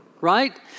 Right